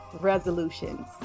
resolutions